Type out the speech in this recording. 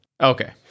Okay